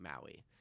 Maui